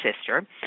sister